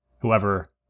whoever